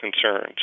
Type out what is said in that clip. concerns